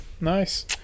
Nice